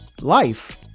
life